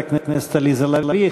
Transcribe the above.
תודה לחברת הכנסת עליזה לביא.